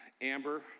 Amber